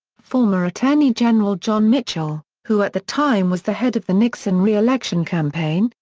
former attorney general john mitchell, who at the time was the head of the nixon re-election campaign,